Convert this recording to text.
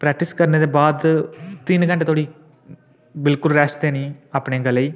practice करने दे बाद तिन्न घैंटे धोड़ी बिल्कुल रैस्ट देनी अपने गले ई